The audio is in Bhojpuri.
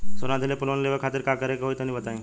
सोना दिहले पर लोन लेवे खातिर का करे क होई तनि बताई?